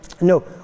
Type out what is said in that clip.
No